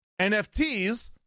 NFTs